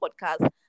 podcast